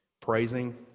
praising